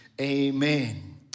amen